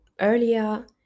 earlier